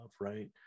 right